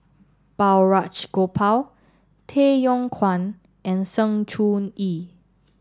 Balraj Gopal Tay Yong Kwang and Sng Choon Yee